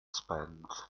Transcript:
spent